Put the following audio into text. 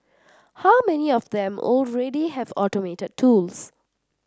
how many of them already have automated tools